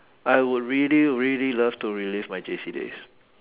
I would really really love to relive my J_C days